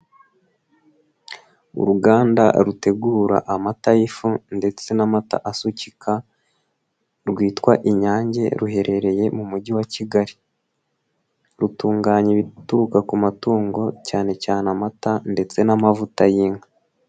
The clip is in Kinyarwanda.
Uruganda rutegura amata y'ifu ndetse n'amata asukika, rwitwa Inyange ruherereye mu mujyi wa Kigali. rutunganya ibituruka ku matungo cyane cyane amata ndetse n'amavuta y'inka.